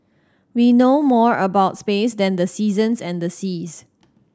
we know more about space than the seasons and the seas